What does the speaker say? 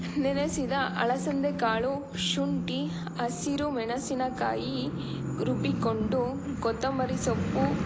ನೆನೆಸಿದ ಅಲಸಂದೆಕಾಳು ಶುಂಠಿ ಹಸಿರು ಮೆಣಸಿನಕಾಯಿ ರುಬ್ಬಿಕೊಂಡು ಕೊತ್ತಂಬರಿ ಸೊಪ್ಪು